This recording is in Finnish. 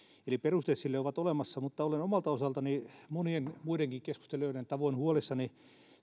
eli perusteet sille ovat olemassa mutta olen omalta osaltani monien muidenkin keskustelijoiden tavoin huolissani